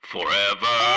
forever